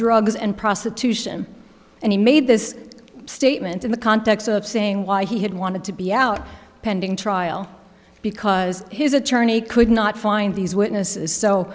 drugs and prostitution and he made this statement in the context of saying why he had wanted to be out pending trial because his attorney could not find these witnesses so